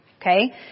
Okay